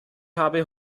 habe